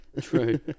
True